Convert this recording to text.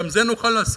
גם את זה נוכל לעשות,